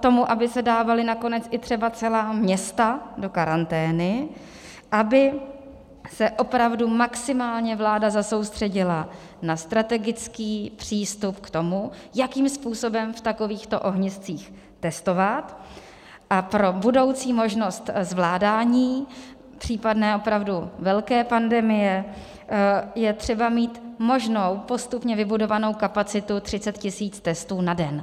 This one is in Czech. tomu, aby se dávala nakonec třeba i celá města do karantény, aby se opravdu maximálně vláda zasoustředila na strategický přístup k tomu, jakým způsobem v takovýchto ohniscích testovat, a pro budoucí možnost zvládání případné velké pandemie je třeba mít možnou, postupně vybudovanou kapacitu 30 tisíc testů na den.